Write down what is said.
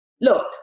look